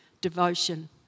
devotion